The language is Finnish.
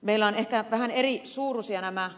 meillä ovat ehkä vähän erisuuruisia nämä